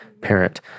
parent